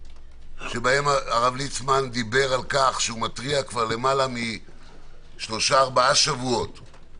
שבהן הרב ליצמן דיבר על כך שהוא מתריע כבר במשך כמעט חודש ימים